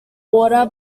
order